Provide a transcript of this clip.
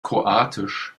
kroatisch